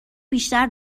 بیشتر